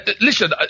listen